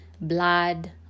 blood